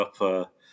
up